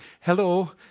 Hello